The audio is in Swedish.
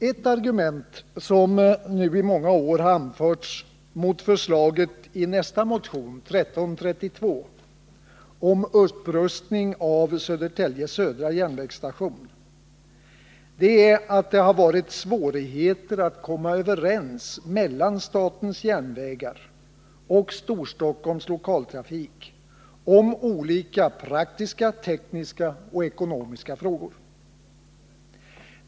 Ett argument som nu i många år anförts mot förslaget i motion 1332 om upprustning av Södertälje södra järnvägsstation är att det varit svårigheter för statens järnvägar och Storstockholms Lokaltrafik att komma överens om olika praktiska, tekniska och ekonomiska frågor.